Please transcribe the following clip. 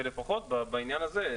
ולפחות בעניין הזה,